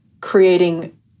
creating